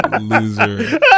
loser